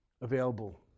available